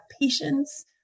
patience